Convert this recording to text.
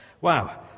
Wow